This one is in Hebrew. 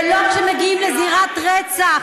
ולא שכשמגיעים לזירת רצח